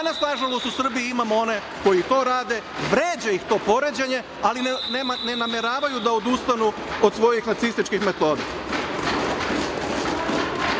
Danas nažalost u Srbiji imamo one koji to rade, vređa ih to poređenje, ali ne nameravaju da odustanu od svojih nacističkih metoda. Još